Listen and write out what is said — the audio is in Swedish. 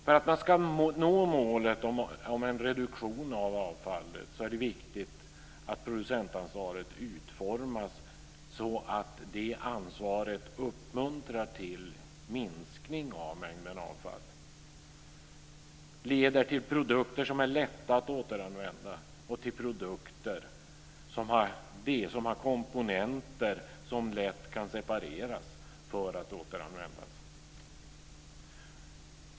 För att man ska nå målet om en reduktion av avfallet är det viktigt att producentansvaret utformas så att det ansvaret uppmuntrar till minskning av mängden avfall och leder till produkter som är lätta att återanvända och till produkter som har komponenter som lätt kan separeras för att återanvändas.